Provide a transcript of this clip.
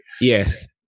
Yes